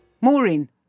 Maureen